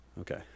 okay